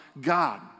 God